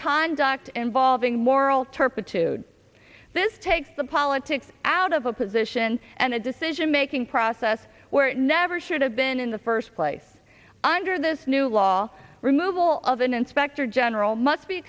conduct involving moral turpitude this takes the politics out of a position and a decision making process where it never should have been in the first place under this new law removal of an inspector general must be